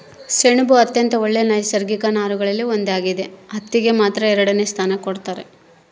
ಸೆಣಬು ಅತ್ಯಂತ ಒಳ್ಳೆ ನೈಸರ್ಗಿಕ ನಾರುಗಳಲ್ಲಿ ಒಂದಾಗ್ಯದ ಹತ್ತಿಗೆ ಮಾತ್ರ ಎರಡನೆ ಸ್ಥಾನ ಕೊಡ್ತಾರ